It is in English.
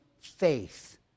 faith